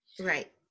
Right